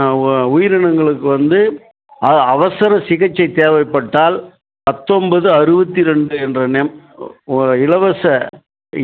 ஓ உயிரினங்களுக்கு வந்து அ அவசர சிகிச்சை தேவைப்பட்டால் பத்தொன்பது அறுபத்தி ரெண்டு என்ற நெம் ஓ இலவச